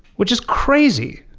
which is crazy.